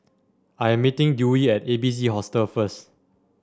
I am meeting Dewey at A B C Hostel first